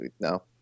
No